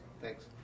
Thanks